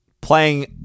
playing